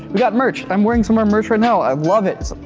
we got merch i'm wearing some our merch right now. i love it.